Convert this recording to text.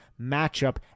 matchup